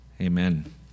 Amen